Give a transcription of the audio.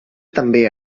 també